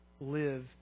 live